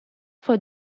for